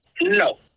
No